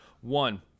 One